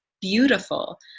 beautiful